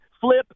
flip